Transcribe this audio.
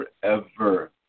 forever